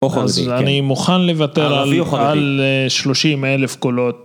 אני מוכן לוותר על 30,000 קולות.